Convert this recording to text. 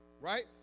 right